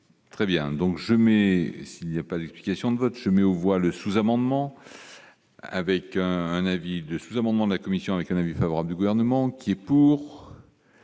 Très bien, donc je mais s'il y a pas d'explication de vote je mets aux voix le sous-amendement avec un avis de sous-amendement de la commission avec un avis favorable du gouvernement qui est pour.